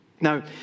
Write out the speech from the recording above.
Now